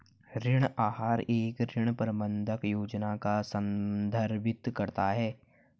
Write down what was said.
ऋण आहार एक ऋण प्रबंधन योजना को संदर्भित करता है